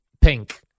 Pink